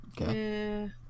Okay